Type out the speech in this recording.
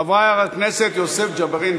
חבר הכנסת יוסף ג'בארין.